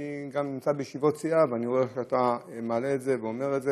אני נמצא גם בישיבות סיעה ואני רואה שאתה מעלה את זה ואומר את זה.